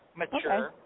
mature